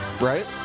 right